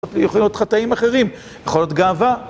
יכולים להיות חטאים אחרים, יכול להיות גאווה.